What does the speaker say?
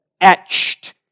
etched